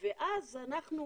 של ועדות הלסינקי,